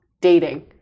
dating